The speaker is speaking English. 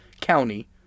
County